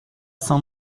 son